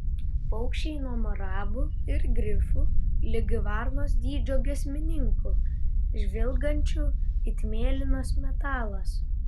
paukščiai nuo marabu ir grifų ligi varnos dydžio giesmininkų žvilgančių it mėlynas metalas